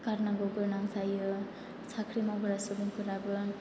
गारनांगौ गोनां जायो साख्रि मावग्रा सुबुंफोराबो